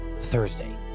Thursday